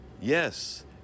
Yes